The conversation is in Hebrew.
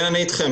אני איתכם.